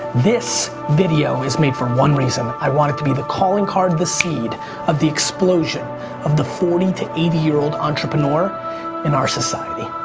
this video is made for one reason i want it to be the calling card, the seed of the explosion of the forty to eighty year old entrepreneur in our society.